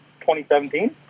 2017